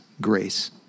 grace